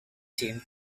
team